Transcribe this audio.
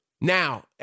Now